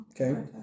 Okay